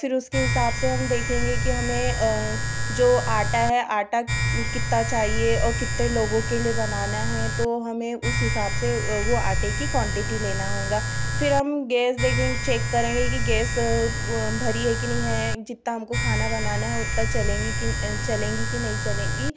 फिर उसके हिसाब से हम देखेंगे कि हमें जो आटा है आटा कितना चाहिए और कितने लोगों के लिए बनाना है तो हमें उस हिसाब से वह आटे की क्वांटिटी लेना होगा फिर हम गैस देखेंगे चेक करेंगे कि गेस भरी है कि नहीं है जितना हमको खाना बनाना है उतना चलेंगी कि चलेंगी कि नहीं चलेंगी